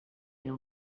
era